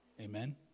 Amen